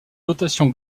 dotation